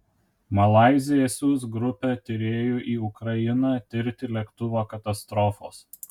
malaizija siųs grupę tyrėjų į ukrainą tirti lėktuvo katastrofos